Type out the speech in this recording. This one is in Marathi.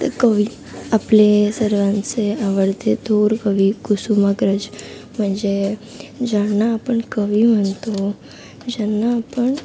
तर कवी आपले सर्वांचे आवडते थोर कवी कुसुमाग्रज म्हणजे ज्यांना आपण कवी म्हणतो ज्यांना आपण